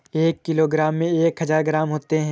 एक किलोग्राम में एक हजार ग्राम होते हैं